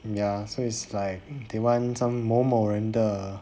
ya so is like they want some 某某人的